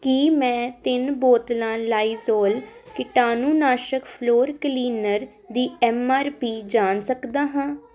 ਕੀ ਮੈਂ ਤਿੰਨ ਬੋਤਲਾਂ ਲਾਇਜ਼ੋਲ ਕੀਟਾਣੂਨਾਸ਼ਕ ਫਲੋਰ ਕਲੀਨਰ ਦੀ ਐੱਮ ਆਰ ਪੀ ਜਾਣ ਸਕਦਾ ਹਾਂ